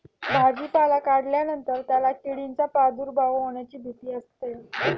भाजीपाला काढल्यानंतर त्याला किडींचा प्रादुर्भाव होण्याची भीती असते